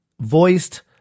voiced